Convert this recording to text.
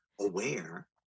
aware